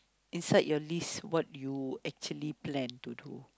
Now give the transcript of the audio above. inside your list what you actually plan to do